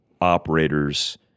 operators